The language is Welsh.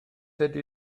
ydy